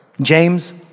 James